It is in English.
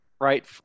right